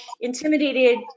intimidated